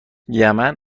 یمن